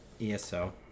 ESO